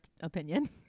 opinion